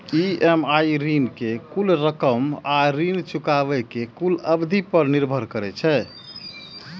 EMI ऋण के कुल रकम आ ऋण चुकाबै के कुल अवधि पर निर्भर करै छै